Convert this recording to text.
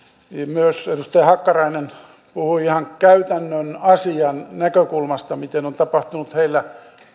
myös edustaja hakkarainen puhui ihan käytännön asian näkökulmasta miten on tapahtunut heillä